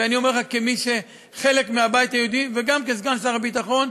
ואני אומר לך כמי שהוא חלק מהבית היהודי וגם כסגן שר הביטחון: